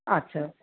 আচ্ছা